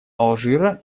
алжира